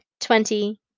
Twenty